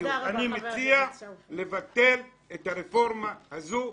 אני מציע לבטל את הרפורמה הזאת.